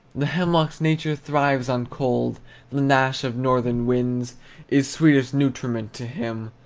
the hemlock's nature thrives on cold the gnash of northern winds is sweetest nutriment to him,